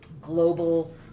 global